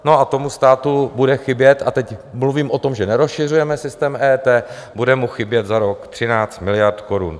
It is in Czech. A tomu státu bude chybět, a teď mluvím o tom, že nerozšiřujeme systém EET, bude mu chybět za rok 13 miliard korun.